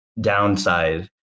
downside